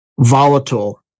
volatile